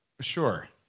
sure